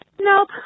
Nope